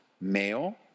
male